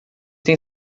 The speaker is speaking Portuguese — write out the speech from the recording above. têm